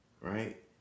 right